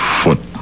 foot